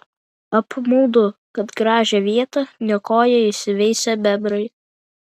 apmaudu kad gražią vietą niokoja įsiveisę bebrai